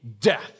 death